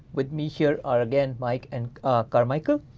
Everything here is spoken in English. with me here are again mike and carmichael.